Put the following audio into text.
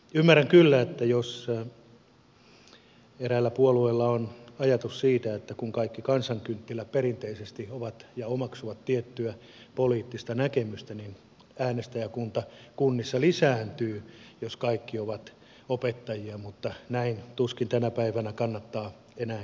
ymmärrän kyllä jos eräällä puolueella on ajatus siitä että kun kaikki kansankynttilät perinteisesti kannattavat ja omaksuvat tiettyä poliittista näkemystä niin äänestäjäkunta kunnissa lisääntyy jos kaikki ovat opettajia mutta näin tuskin tänä päivänä kannattaa enää kenenkään haaveilla